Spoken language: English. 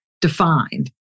defined